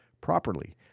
properly